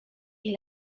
est